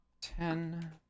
Ten